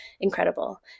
incredible